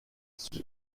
six